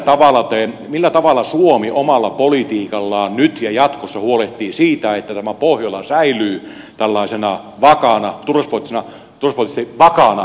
herra ulkoministeri millä tavalla suomi omalla politiikallaan nyt ja jatkossa huolehtii siitä että pohjola säilyy tällaisena turvallisuuspoliittisesti vakaana alueena myös tulevaisuudessa